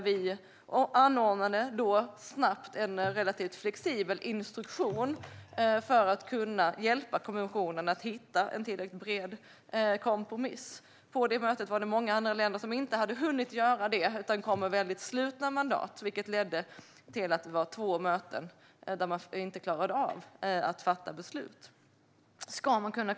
Vi anordnade då snabbt en relativt flexibel instruktion för att kunna hjälpa kommissionen att hitta en tillräckligt bred kompromiss. På detta möte var det många andra länder som inte hade hunnit göra det utan kom med mycket slutna mandat, vilket ledde till att det var två möten då man inte klarade av att fatta beslut.